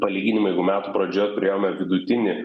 palyginimui jeigu metų pradžioje turėjome vidutinį